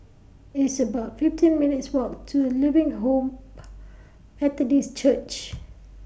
It's about fifteen minutes' Walk to Living Hope Methodist Church